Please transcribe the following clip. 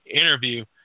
interview